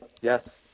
Yes